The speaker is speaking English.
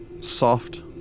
soft